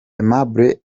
aimable